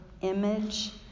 image